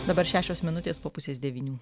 dabar šešios minutės po pusės devynių